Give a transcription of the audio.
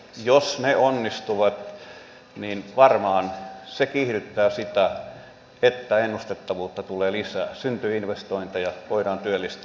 jos ne onnistuvat niin varmaan se kiihdyttää sitä että ennustettavuutta tulee lisää syntyy investointeja voidaan työllistää